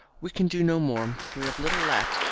we can do no more. we have little left,